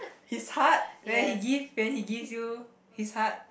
his heart when he gives when he gives you his heart